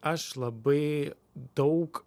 aš labai daug